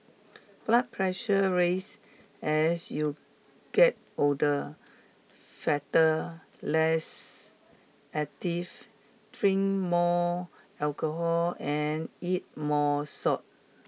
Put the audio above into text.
blood pressure raise as you get older fatter less active drink more alcohol and eat more salt